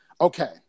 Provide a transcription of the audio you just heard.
okay